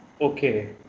Okay